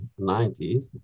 90s